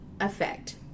effect